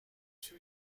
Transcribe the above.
too